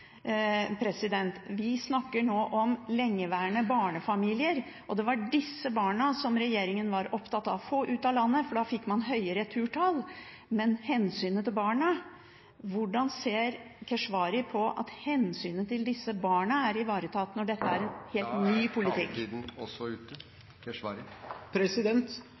Vi snakker nå om lengeværende barnefamilier. Det var disse barna som regjeringen var opptatt av å få ut av landet, for da fikk man høye returtall, men hvordan ser Keshvari at hensynet til disse barna er ivaretatt, når dette er en helt ny politikk Da er taletiden ute.